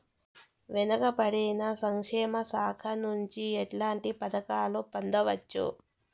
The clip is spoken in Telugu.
వెనుక పడిన సంక్షేమ శాఖ నుంచి ఎట్లాంటి పథకాలు పొందవచ్చు?